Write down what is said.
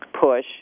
push